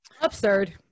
Absurd